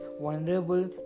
vulnerable